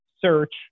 search